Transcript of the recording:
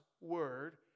Word